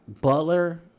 Butler